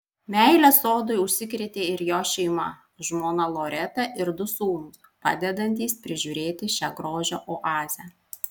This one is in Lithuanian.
meile sodui užsikrėtė ir jo šeima žmona loreta ir du sūnūs padedantys prižiūrėti šią grožio oazę